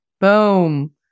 Boom